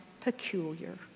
peculiar